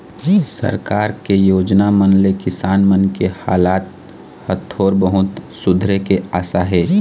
सरकार के योजना मन ले किसान मन के हालात ह थोर बहुत सुधरे के आसा हे